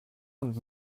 und